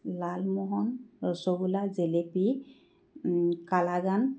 Lalmohan rasgulla jalebi kalakand